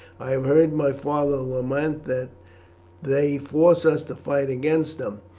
i have heard my father lament that they forced us to fight against them,